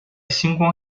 星光